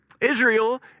Israel